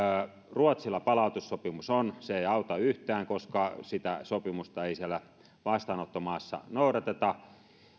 ruotsilla palautussopimus on se ei auta yhtään koska sitä sopimusta ei siellä vastaanottomaassa noudateta